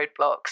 roadblocks